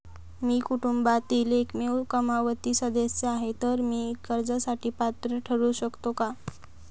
मी कुटुंबातील एकमेव कमावती सदस्य आहे, तर मी कर्जासाठी पात्र ठरु शकतो का?